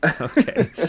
Okay